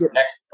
next